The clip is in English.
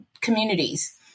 communities